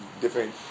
different